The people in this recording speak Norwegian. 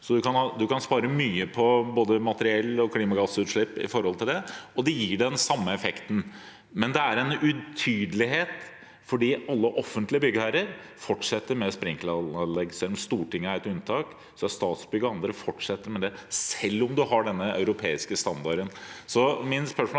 Man kan spare mye på både materiell og klimagassutslipp, og det gir den samme effekten. Det er en utydelighet fordi alle offentlige byggherrer fortsetter med sprinkleranlegg. Stortinget er et unntak. Statsbygg og andre fortsetter med det selv om man har den europeiske standarden.